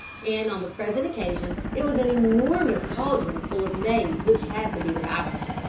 and on the present occasion it was an enormous cauldron full of maize which had to be devoured.